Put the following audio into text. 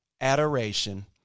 adoration